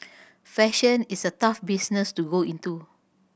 fashion is a tough business to go into